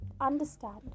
understand